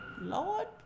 Lord